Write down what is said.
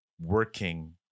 working